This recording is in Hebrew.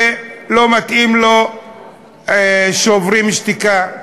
ולא מתאים לו "שוברים שתיקה",